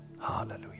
Hallelujah